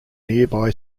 nearby